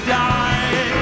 die